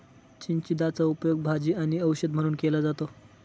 चिचिंदाचा उपयोग भाजी आणि औषध म्हणून केला जातो